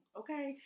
okay